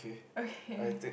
okay